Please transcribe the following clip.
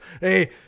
hey